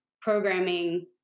programming